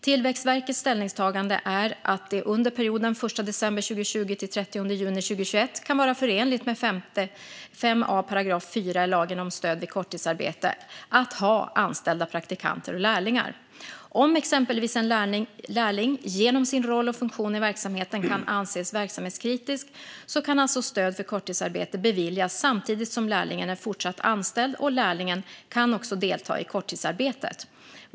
Tillväxtverkets ställningstagande är att det under perioden 1 december 2020-30 juni 2021 kan vara förenligt med 5a § p. 4 lagen om stöd vid korttidsarbete att ha anställda praktikanter och lärlingar. Om exempelvis en lärling genom sin roll och funktion i verksamheten kan anses verksamhetskritisk, så kan alltså stöd för korttidsarbete beviljas samtidigt som lärlingen är fortsatt anställd och lärlingen kan också delta i korttidsarbetet.